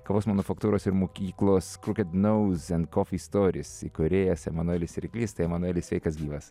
kavos manufaktūros ir mokyklos crooked nose and coffee stories įkūrėjas emanuelis ryklys tai emanueli sveikas gyvas